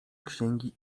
księgi